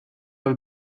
have